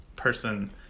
person